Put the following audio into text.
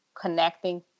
connecting